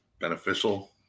beneficial